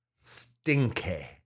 Stinky